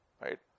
right